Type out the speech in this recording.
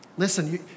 Listen